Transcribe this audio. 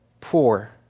Poor